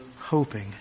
hoping